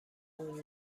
اون